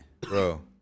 Bro